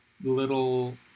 little